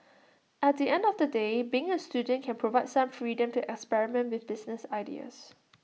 at the end of the day being A student can provide some freedom to experiment with business ideas